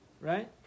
Right